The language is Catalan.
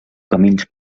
camins